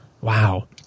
Wow